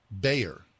Bayer